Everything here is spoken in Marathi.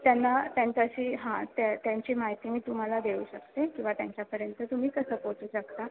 त्यांना त्यांच्याशी हां त्या त्यांची माहिती मी तुम्हाला देऊ शकते किंवा त्यांच्यापर्यंत तुम्ही कसं पोहोचू शकता